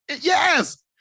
yes